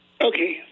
Okay